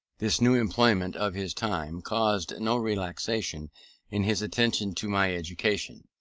this new employment of his time caused no relaxation in his attention to my education.